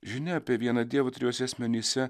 žinia apie vieną dievą trijuose asmenyse